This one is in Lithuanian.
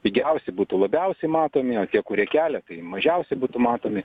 pigiausi būtų labiausiai matomi o tie kurie kelia tai mažiausiai būtų matomi